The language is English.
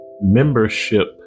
membership